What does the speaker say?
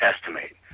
estimate